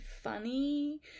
funny